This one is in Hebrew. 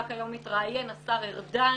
רק היום התראיין השר ארדן